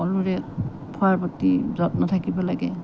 সকলোৰে খোৱাৰ প্ৰতি যত্ন থাকিব লাগে